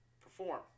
Perform